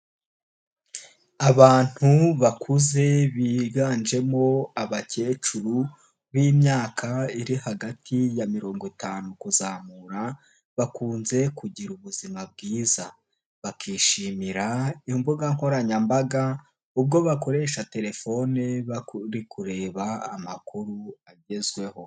Abantu bakuze biganjemo abakecuru b'imyaka iri hagati ya mirongo itanu kuzamura, bakunze kugira ubuzima bwiza, bakishimira imbuga nkoranyambaga ubwo bakoresha telefone bari kureba amakuru agezweho.